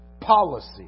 policy